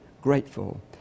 grateful